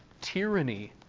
Tyranny